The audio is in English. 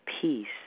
peace